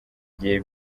gihe